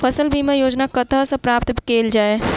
फसल बीमा योजना कतह सऽ प्राप्त कैल जाए?